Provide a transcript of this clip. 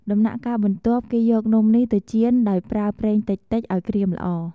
ដំណាក់កាលបន្ទាប់ គេយកនំនេះទៅចៀនដោយប្រើប្រេងតិចៗឱ្យក្រៀមល្អ។